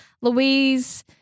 Louise